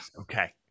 okay